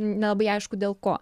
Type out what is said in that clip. nelabai aišku dėl ko